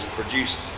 produced